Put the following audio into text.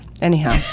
anyhow